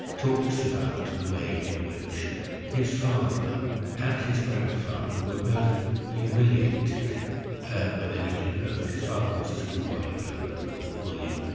talks about the way in which his father and his grandfather were both humiliated when they lived in poland. his father was a schoolboy in poland and was bullied,